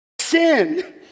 sin